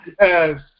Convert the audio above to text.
Yes